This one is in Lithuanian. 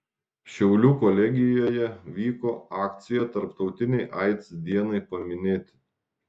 šiaulių kolegijoje vyko akcija tarptautinei aids dienai paminėti